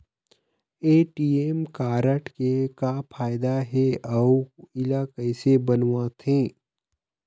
ATM card के का फायदा हे अऊ इला कैसे बनवाथे?